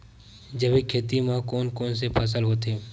जैविक खेती म कोन कोन से फसल होथे?